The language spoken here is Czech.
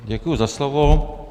Děkuji za slovo.